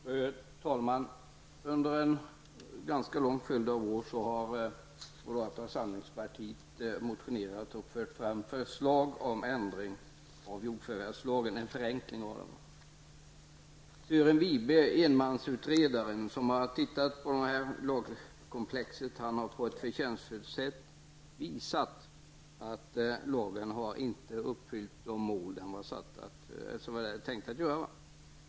Fru talman! Under en ganska lång följd av år har moderata samlingspartiet motionerat och fört fram förslag om en förenkling av jordförvärvslagen. Sören Wiberg har som ensamutredare sett över detta lagkomplex. Han har på ett förtjänstfullt sätt visat att lagen inte har uppfyllt de mål som den var tänkt att uppfylla.